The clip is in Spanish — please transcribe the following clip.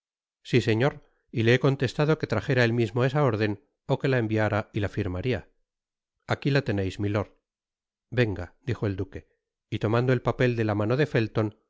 si señor y le he contestado que trajera él mismo esa órden ó que la enviara y la firmaria aqui la teneis milord venga dijo el duque y tomando el papel de la mano de felton